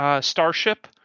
starship